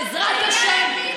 בעזרת השם,